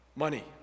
money